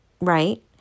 right